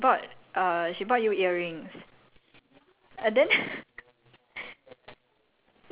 no eh I felt so bad for her cause she she bought err she bought you earrings